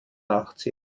nachziehen